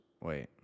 Wait